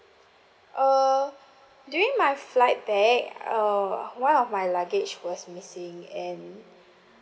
uh during my flight back uh one of my luggage was missing and